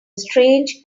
strange